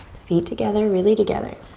feet together, really together.